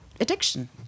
addiction